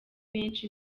benshi